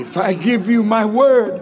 if i give you my word